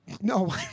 no